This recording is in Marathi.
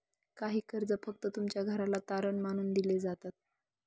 काही कर्ज फक्त तुमच्या घराला तारण मानून दिले जातात